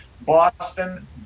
Boston